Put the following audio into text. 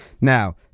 Now